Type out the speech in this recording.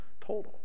total